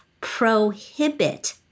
prohibit